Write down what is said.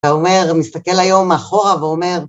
אתה אומר ומסתכל היום מאחורה ואומר...